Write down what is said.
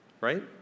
right